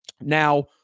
Now